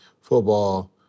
football